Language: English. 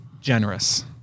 generous